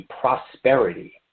prosperity